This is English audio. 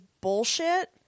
bullshit